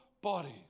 bodies